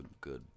good